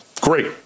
great